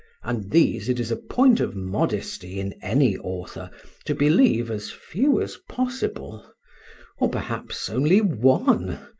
and these it is a point of modesty in any author to believe as few as possible or perhaps only one,